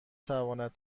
تواند